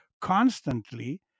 constantly